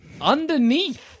Underneath